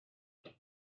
hey